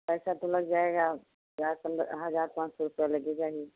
पैसा तो लग जाएगा हज़ार पाँच हज़ार पाँच सौ रुपये लगेगा ही